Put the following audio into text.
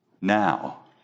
now